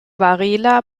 varela